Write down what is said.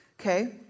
Okay